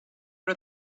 her